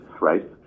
right